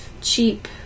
cheap